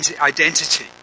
identity